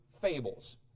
fables